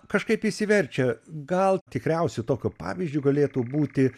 kažkaip išsiverčia gal tikriausiu tokiu pavyzdžiu galėtų būti